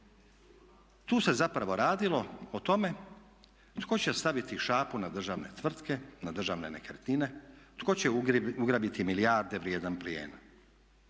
Tu se zapravo radilo o tome tko će staviti šapu na državne tvrtke, na državne nekretnine, tko će ugrabiti milijarde vrijedan plijen.